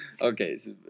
Okay